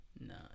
No